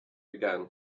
began